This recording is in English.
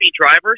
drivers